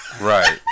Right